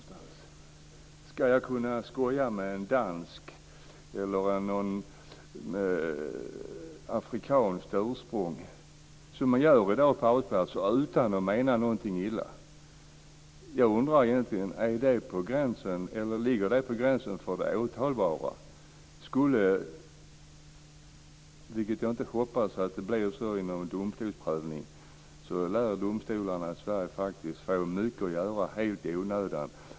Ska jag kunna skoja med en dansk eller någon med afrikanskt ursprung, som man gör i dag på arbetsplatser utan att mena någonting illa? Jag undrar om det ligger på gränsen för det åtalbara. Skulle det bli så i någon domstolsprövning - vilket jag inte hoppas - lär domstolarna i Sverige få mycket att göra helt i onödan.